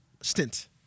stint